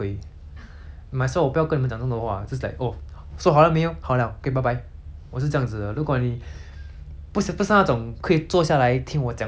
so 好 liao 没有好 liao okay bye bye 我是这样子的如果你不是不是那种可以坐下来听我讲话那种人 hor then I feel like 不要浪费我时间